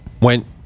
Went